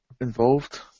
involved